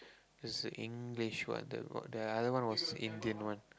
is the English word about the other one was Indian one